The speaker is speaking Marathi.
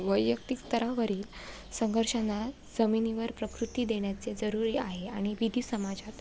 वैयक्तिक स्तरावरील संघर्षांना जमिनीवर प्रकृती देण्याचे जरूरी आहे आणि विधी समाजात